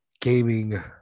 gaming